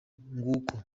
nguko